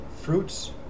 fruits